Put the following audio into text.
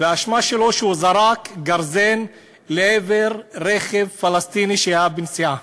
שהוא זרק גרזן לעבר רכב פלסטיני שהיה בנסיעה.